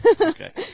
okay